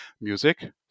music